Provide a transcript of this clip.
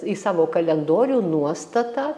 į savo kalendorių nuostatą